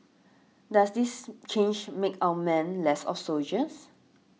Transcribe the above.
does this change make our men less of soldiers